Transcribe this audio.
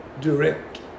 direct